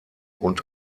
und